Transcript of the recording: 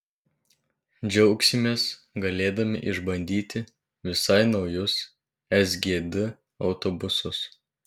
džiaugsimės galėdami išbandyti visai naujus sgd autobusus